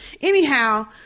Anyhow